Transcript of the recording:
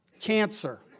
cancer